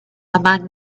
among